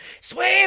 swim